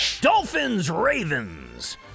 Dolphins-Ravens